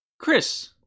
Chris